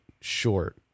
short